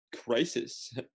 crisis